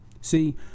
See